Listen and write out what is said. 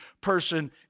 person